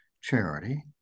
charity